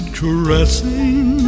caressing